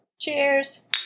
Cheers